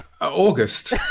August